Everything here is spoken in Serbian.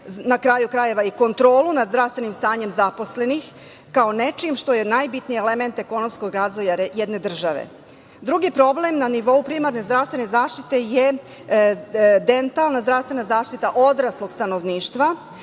na kraju krajeva i kontrolu zdravstvenim stanjem zaposlenih, kao nečim što je najbitnije elemente ekonomskog razvoja jedne države. Drugi problem na nivou primarne zdravstvene zaštite je dentalna zdravstvena zaštita odraslog stanovništva,